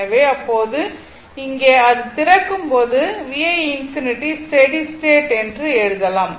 எனவே அப்போது இங்கே அது திறக்கும்போது V 1 ∞ ஸ்டெடி ஸ்டேட் என்று எழுதலாம்